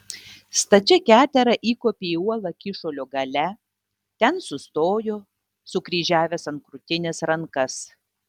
stačia ketera įkopė į uolą kyšulio gale ten sustojo sukryžiavęs ant krūtinės rankas